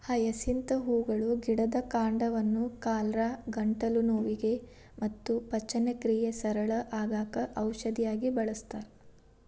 hyacinth ಹೂಗಳ ಗಿಡದ ಕಾಂಡವನ್ನ ಕಾಲರಾ, ಗಂಟಲು ನೋವಿಗೆ ಮತ್ತ ಪಚನಕ್ರಿಯೆ ಸರಳ ಆಗಾಕ ಔಷಧಿಯಾಗಿ ಬಳಸ್ತಾರ